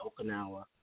Okinawa